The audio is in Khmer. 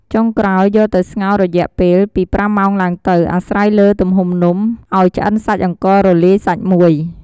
ចុងក្រោយយកទៅស្ងោរយៈពេល ពី៥ម៉ោងឡើងទៅ អាស្រ័យលើទំហំនំ ឱ្យឆ្អិនសាច់អង្កររលាយសាច់មួយ។